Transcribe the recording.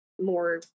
more